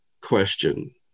question